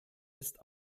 ist